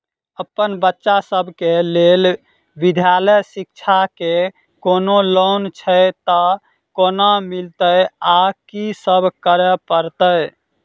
अप्पन बच्चा सब केँ लैल विधालय शिक्षा केँ कोनों लोन छैय तऽ कोना मिलतय आ की सब करै पड़तय